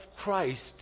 Christ